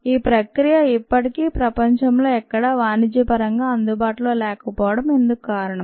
ఈ ప్రక్రియ ఇప్పటికీ ప్రపంచంలో ఎక్కడా వాణిజ్యపరంగా అందుబాటులో లేకపోవడం ఇందుకు కారణం